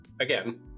again